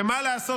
ומה לעשות,